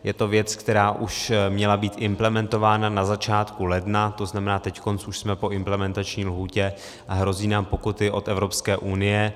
Je to věc, která už měla být implementována na začátku ledna, tzn. teď už jsme po implementační lhůtě a hrozí nám pokuty od Evropské unie.